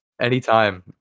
anytime